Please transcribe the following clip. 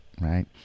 right